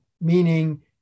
meaning